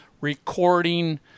recording